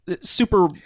super